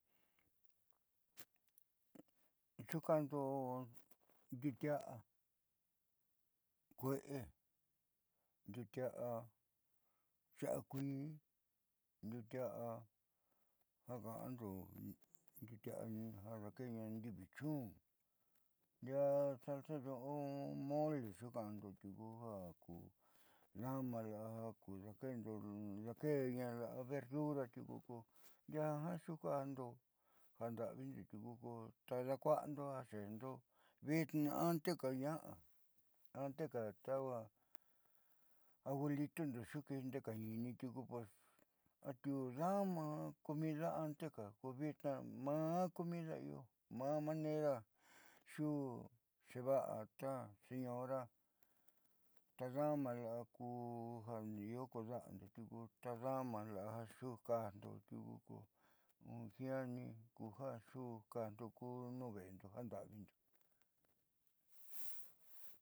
Xuuka'ando ndiuutia'a kuee ndiuutia'a ya'a kuii ndiuutia'a ja ka'ando ndiuutia'a ja daakeeña ndivi chun ndiaa salsa, mole xuuka'ando tiuku ja ku daama la'a ja ku daakeendo daakeena la'a verdura tiuku ko ndiaa jiaa xuukaando jondo'avindo tiuku ku ta daakua'ando ja xeendo vitnaa anteka ña'a anteka ta abuelitondo xuuka'ando ndee kaañini tiuku atiu daama comida anteka ko vitnaa maa comida io maa manera kuxeeva'a ta señora tadaama ja io kuda'ando tiuku jianni ku ja xuukaajndo ku nuuve'edo.